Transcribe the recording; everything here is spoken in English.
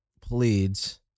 pleads